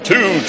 Two